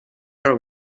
her